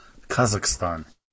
Kazakhstan